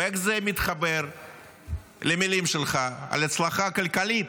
איך זה מתחבר למילים שלך על הצלחה כלכלית?